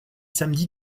samedi